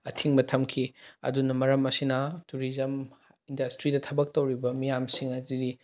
ꯑꯊꯤꯡꯕ ꯊꯝꯈꯤ ꯑꯗꯨꯅ ꯃꯔꯝ ꯑꯁꯤꯅ ꯇꯨꯔꯤꯖꯝ ꯏꯟꯗꯁꯇ꯭ꯔꯤꯗ ꯊꯕꯛ ꯇꯧꯔꯤꯕ ꯃꯤꯌꯥꯝꯁꯤꯡ ꯑꯗꯨꯗꯤ